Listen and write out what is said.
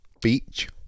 Beach